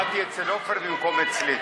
הצבעתי אצל עפר במקום אצלי.